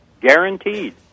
Guaranteed